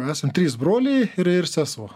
esam trys broliai ir ir sesuo